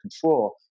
control